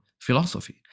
philosophy